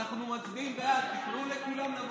אדוני היושב-ראש, מזכירת הכנסת,